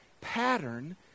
pattern